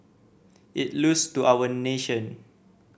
it loss to our nation